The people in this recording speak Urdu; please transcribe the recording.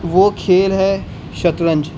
وہ کھیل ہے شطرنج